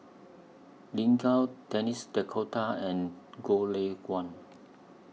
Lin Gao Denis D'Cotta and Goh Lay Kuan